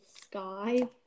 Sky